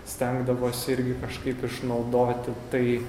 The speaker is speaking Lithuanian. stengdavosi irgi kažkaip išnaudoti tai